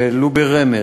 אומר ולו ברמז,